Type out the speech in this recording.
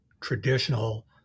traditional